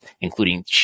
including